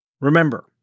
Remember